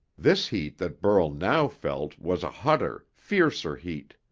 this heat that burl now felt was a hotter, fiercer heat.